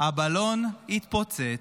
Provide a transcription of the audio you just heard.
הבלון התפוצץ,